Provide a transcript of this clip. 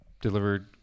delivered